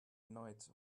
knight